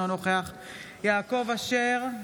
אינו נוכח יעקב אשר,